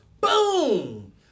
Boom